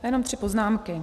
Já jenom tři poznámky.